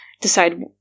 decide